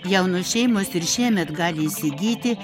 jaunos šeimos ir šiemet gali įsigyti